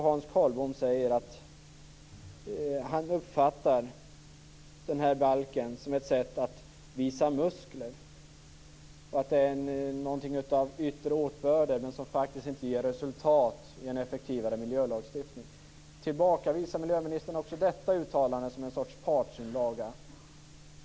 Hans Karlbom säger ändå att han uppfattar den här balken som ett sätt att visa muskler och att det är någonting av yttre åtbörder som faktiskt inte ger resultat i en effektivare miljölagstiftning. Tillbakavisar miljöministern också detta uttalande som en sorts partsinlaga?